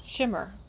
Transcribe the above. Shimmer